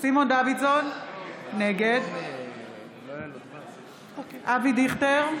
סימון דוידסון, נגד אבי דיכטר,